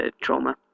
trauma